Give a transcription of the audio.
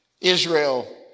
Israel